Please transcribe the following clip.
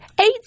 Eight